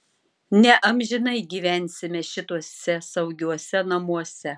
neamžinai gyvensime šituose saugiuose namuose